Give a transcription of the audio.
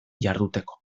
jarduteko